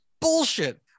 bullshit